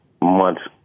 months